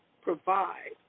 provide